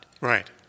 Right